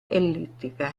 ellittica